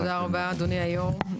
תודה רבה אדוני היו״ר.